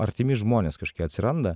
artimi žmonės kažkokie atsiranda